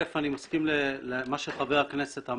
אני מסכים למה שאמר חבר הכנסת.